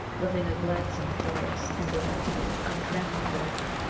living a gladsome, joyous, and de lightfully untrammelled life,